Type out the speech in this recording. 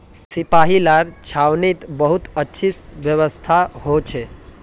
सिपाहि लार छावनीत बहुत अच्छी व्यवस्था हो छे